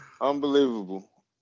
Unbelievable